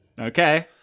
Okay